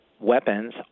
weapons